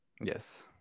yes